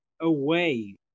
away